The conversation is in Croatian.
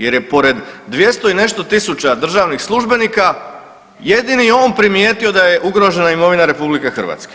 Jer je pored 200 i nešto tisuća državnih službenika jedini on primijetio da je ugrožena imovina RH.